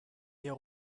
hier